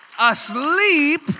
asleep